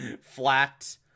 flat